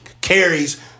carries